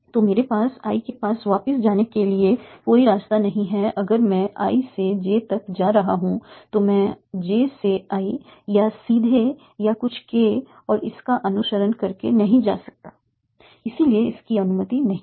तो मेरे पास i के पास वापस जाने के लिए कोई रास्ता नहीं है अगर मैं i से j तक जा रहा हूं तो मैं j से i या तो सीधे या कुछ k और इस का अनुसरण करके नहीं जा सकता इसलिए इसकी अनुमति नहीं है